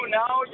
now